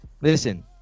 listen